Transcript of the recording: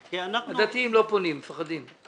כי אנחנו --- הדתיים לא פונים, מפחדים.